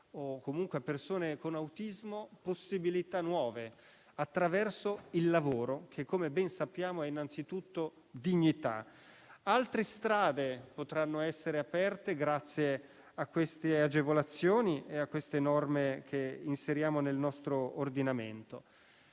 o comunque a persone con autismo possibilità nuove, attraverso il lavoro che - come ben sappiamo - è innanzitutto dignità. Altre strade potranno essere aperte grazie alle agevolazioni e alle norme che inseriamo nel nostro ordinamento.